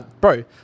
bro